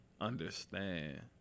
understand